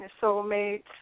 soulmates